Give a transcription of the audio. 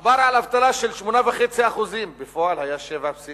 דובר על אבטלה של 8.5% בפועל זה היה 7.4%;